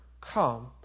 come